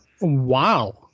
wow